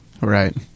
Right